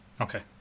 Okay